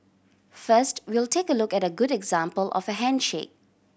first we'll take a look at a good example of a handshake